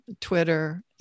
Twitter